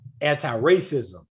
anti-racism